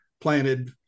planted